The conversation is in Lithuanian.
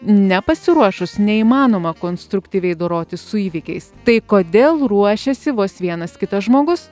nepasiruošus neįmanoma konstruktyviai dorotis su įvykiais tai kodėl ruošiasi vos vienas kitas žmogus